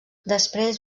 després